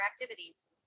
activities